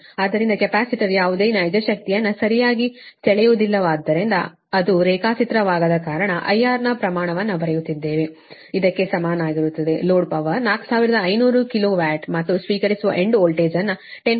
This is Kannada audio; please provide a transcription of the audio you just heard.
ಆದ್ದರಿಂದ ಕೆಪಾಸಿಟರ್ ಯಾವುದೇ ನೈಜ ಶಕ್ತಿಯನ್ನು ಸರಿಯಾಗಿ ಸೆಳೆಯುವುದಿಲ್ಲವಾದ್ದರಿಂದ ಅದು ರೇಖಾಚಿತ್ರವಾಗದ ಕಾರಣ IR ಯ ಪ್ರಮಾಣವನ್ನು ಬರೆಯುತ್ತಿದ್ದೇವೆ ಇದಕ್ಕೆ ಸಮನಾಗಿರುತ್ತದೆ ಲೋಡ್ ಪವರ್ 4500 ಕಿಲೋ ವ್ಯಾಟ್ ಮತ್ತು ಸ್ವೀಕರಿಸುವ ಎಂಡ್ ವೋಲ್ಟೇಜ್ ಅನ್ನು 10